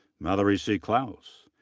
mallory c. clouse.